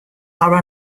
are